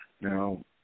Now